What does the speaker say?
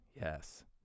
Yes